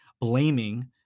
blaming